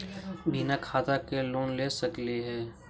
बिना खाता के लोन ले सकली हे?